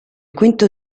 quinto